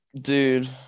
Dude